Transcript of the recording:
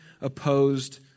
opposed